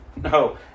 No